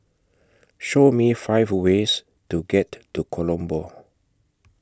Show Me five ways to get to Colombo